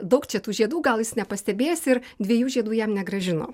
daug čia tų žiedų gal jis nepastebės ir dviejų žiedų jam negrąžino